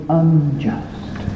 unjust